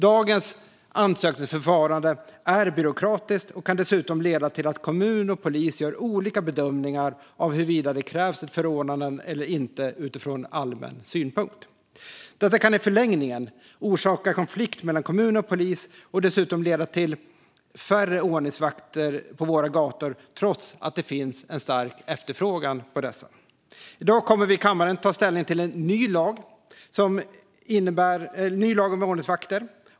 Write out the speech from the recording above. Dagens ansökningsförfarande är byråkratiskt och kan dessutom leda till att kommun och polis gör olika bedömningar av huruvida det krävs ett förordnande eller inte utifrån allmän synpunkt. Detta kan i förlängningen orsaka konflikt mellan kommun och polis och dessutom leda till färre ordningsvakter på våra gator, trots att det finns en stor efterfrågan på dem. I dag kommer vi i kammaren att ta ställning till en ny lag om ordningsvakter.